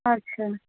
আচ্ছা